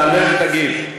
תעלה ותגיב,